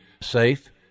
safe